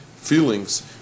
feelings